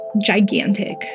gigantic